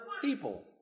people